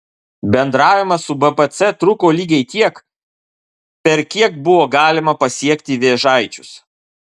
bendravimas su bpc truko lygiai tiek per kiek buvo galima pasiekti vėžaičius